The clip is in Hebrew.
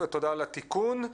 תודה על התיקון.